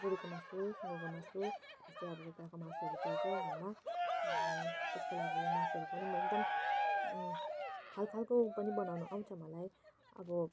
गोरुको मासु सुँगुरको मासु यस्तै अब कुखुराको मासुहरू चल्छ घरमा त्यसको लागि मासुहरू पनि म एकदम खालखालको पनि बनाउनु आउँछ मलाई अब